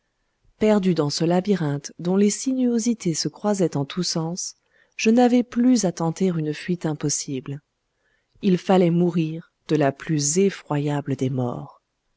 perdu dans ce labyrinthe dont les sinuosités se croisaient en tous sens je n'avais plus à tenter une fuite impossible il fallait mourir de la plus effroyable des morts